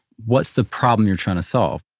what's the problem you're trying to solve?